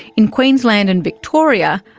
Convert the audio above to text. in queensland and victoria,